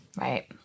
Right